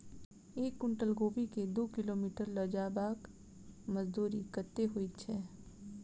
एक कुनटल कोबी केँ दु किलोमीटर लऽ जेबाक मजदूरी कत्ते होइ छै?